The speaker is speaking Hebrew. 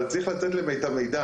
אבל צריך להביא להם את המידע.